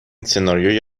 سناریویی